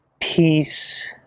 peace